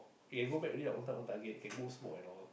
can go back already lah own time own target can go smoke and all